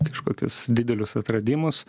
kažkokius didelius atradimus